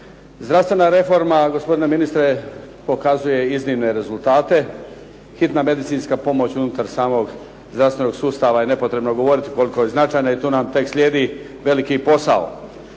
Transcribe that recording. Zdravstvena reforma gospodine ministre pokazuje iznimne rezultate. Hitna medicinska pomoć unutar samog zdravstvenog sustava je nepotrebno govoriti koliko je značajna i tu nam tek slijedi veliki posao.